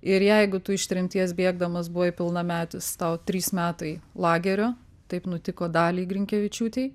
ir jeigu tu iš tremties bėgdamas buvai pilnametis tau trys metai lagerio taip nutiko daliai grinkevičiūtei